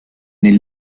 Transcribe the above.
nel